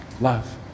love